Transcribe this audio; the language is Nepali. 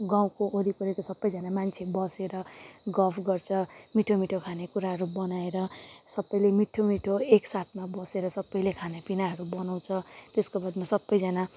गाउँको वरिपरिको सबैजाना मान्छे बसेर गफ गर्छ मिठो मिठो खानेकुराहरू बनाएर सबैले मिठो मिठो एकसाथमा बसेर सबैले खानापिनाहरू बनाउँछ त्यसको बादमा सबैजाना